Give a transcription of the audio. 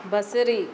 बसरी